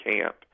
camp